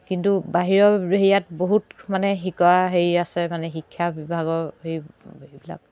কিন্তু বাহিৰৰ হেৰিয়াত বহুত মানে শিকোৱা হেৰি আছে মানে শিক্ষা বিভাগৰ হেৰি সেইবিলাক